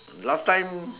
last time